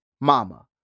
mama